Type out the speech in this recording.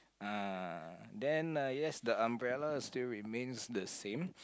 ah then uh yes the umbrella still remains the same